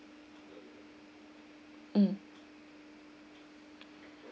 mm